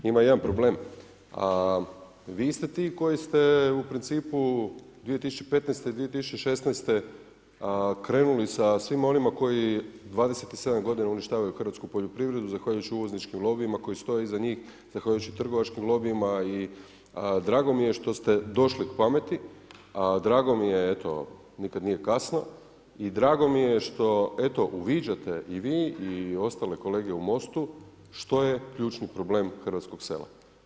Ima jedan problem, a vi ste ti koji ste u principu 2015., 2016. krenuli sa svim onima koji 27 godina uništavaju hrvatsku poljoprivredu zahvaljujući uvozničkim lobijima koji stoje iza njih, zahvaljujući trgovačkim lobijima i drago mi je što ste došli k pameti, a drago mi je eto nikad nije kasno i drago mi je što eto uviđate i vi i ostale kolege u Most-u što je ključni problem hrvatskog sela.